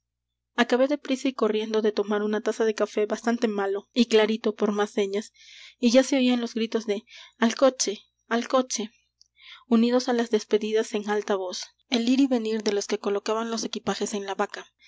acabé de prisa y corriendo de tomar una taza de café bastante malo y clarito por más señas y ya se oían los gritos de al coche al coche unidos á las despedidas en alta voz al ir y venir de los que colocaban los equipajes en la baca